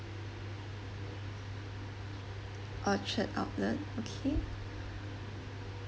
orchard outlet okay